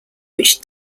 which